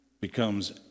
becomes